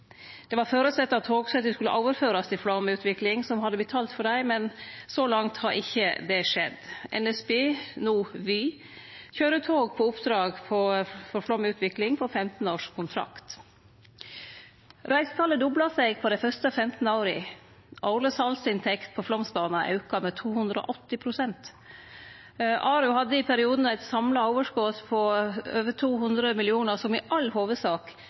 Det var føresett at togsettet skulle overførast til Flåm Utvikling, som hadde betalt for det, men så langt har ikkje det skjedd. NSB, no Vy, køyrer tog på oppdrag frå Flåm Utvikling på 15 års kontrakt. Reisetalet dobla seg på dei fyrste 15 åra. Årleg salsinntekt på Flåmsbana auka med 280 pst. ARU hadde i perioden eit samla overskot på over 200 mill. kr, som i all hovudsak